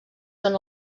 són